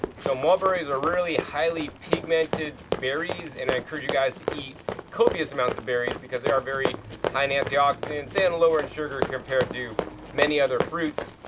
so mulberries are really highly pigmented berries and i encourage you guys to eat copious amount of berries because they are very high in anti-oxidants and lower in sugar compared to many other fruits.